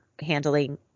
handling